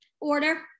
order